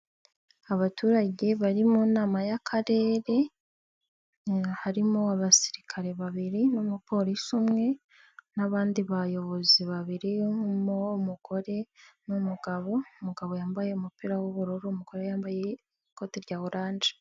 Abaturage bari mu nama y'Akarere, harimo abasirikare babiri n'umupolisi umwe, n'abandi bayobozi babiri harimo mugore n'umugabo, umugabo yambaye umupira w'ubururu, umugore yambaye ikoti rya orange.